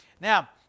Now